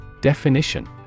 Definition